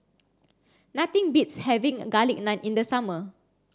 nothing beats having garlic naan in the summer